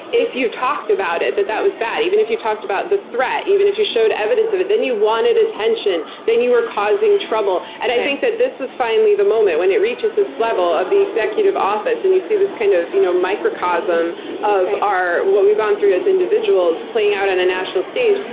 if you talked about it that that was bad. even if you talked about the threat. even if you showed evidence of it. then you wanted attention. then you were causing trouble. and i think that this was finally the moment when it reaches this level of the executive office, and you see this kind of you know microcosm of our. what we've gone through as individuals playing out on a national stage,